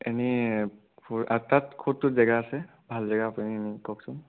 এনেই আঠটাত ক'ত ক'ত জেগা আছে ভাল জেগা আপুনি কওকচোন